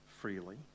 freely